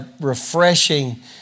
refreshing